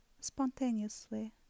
spontaneously